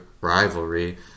rivalry